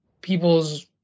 people's